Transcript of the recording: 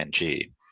ng